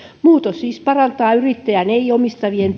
muutos siis parantaa yrittäjien ei omistavien